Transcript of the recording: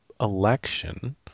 election